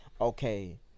okay